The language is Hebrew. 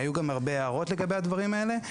היו גם הרבה הערות לגבי הדברים האלה.